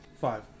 Five